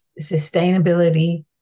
sustainability